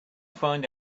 find